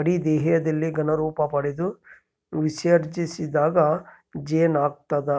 ಅಡಿ ದೇಹದಲ್ಲಿ ಘನ ರೂಪಪಡೆದು ವಿಸರ್ಜಿಸಿದಾಗ ಜೇನಾಗ್ತದ